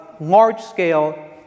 large-scale